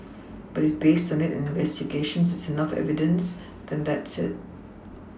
but if based on it and investigations there's enough evidence then that's it